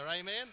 Amen